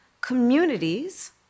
communities